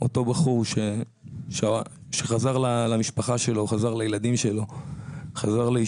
אותו בחור שחזר למשפחה שלו וחזר לילדים שלו,